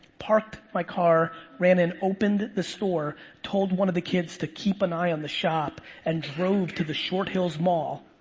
parked my car, ran in, opened the store, told one of the kids to keep an eye on the shop and drove to the short hills mall,